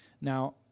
Now